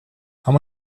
how